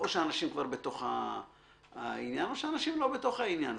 או שאנשים כבר בתוך העניין או שאנשים לא בתוך העניין.